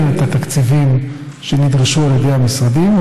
את התקציבים שנדרשו על ידי המשרדים,